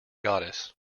goddess